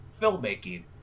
filmmaking